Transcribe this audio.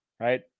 Right